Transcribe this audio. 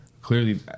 clearly